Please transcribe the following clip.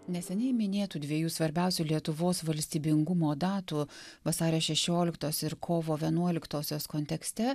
neseniai minėtų dviejų svarbiausių lietuvos valstybingumo datų vasario šešioliktos ir kovo vienuoliktosios kontekste